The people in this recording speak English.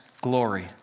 glory